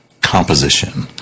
composition